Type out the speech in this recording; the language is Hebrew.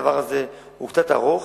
הדבר הזה הוא קצת ארוך,